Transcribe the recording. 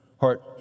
heart